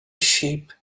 sheep